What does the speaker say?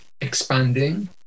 expanding